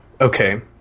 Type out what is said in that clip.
Okay